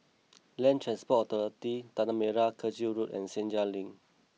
Land Transport Authority Tanah Merah Kechil Road and Senja Link